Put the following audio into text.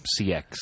CX